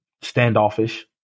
standoffish